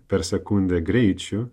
per sekundę greičiu